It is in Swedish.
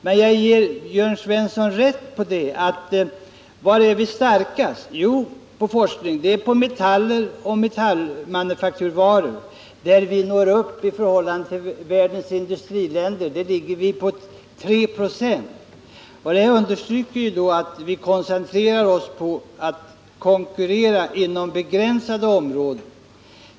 Men jag ger Jörn Svensson rätt i det han sade om var vi är starkast när det gäller forskningen. Det är när det gäller metaller och metallmanufakturvaror, där vi når upp till 3 96 av vad världens industriländer satsar på det. Det understryker att vi koncentrerar oss på att konkurrera inom begränsade områden.